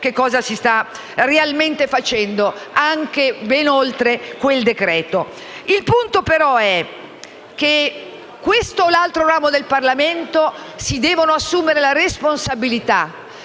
che cosa si sta realmente facendo, anche ben oltre quel decreto. Il punto, però, è che questo o l'altro ramo del Parlamento devono assumersi la responsabilità